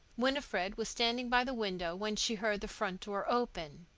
winifred was standing by the window when she heard the front door open.